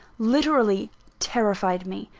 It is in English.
literally terrified me.